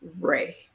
Ray